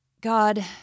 god